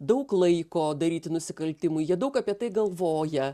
daug laiko daryti nusikaltimų jie daug apie tai galvoja